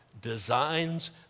designs